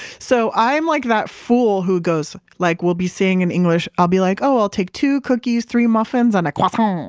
so i am like that fool who goes like. we'll be saying in english. i'll be like, oh, i'll take two cookies, three muffins and a croissant, and